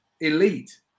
elite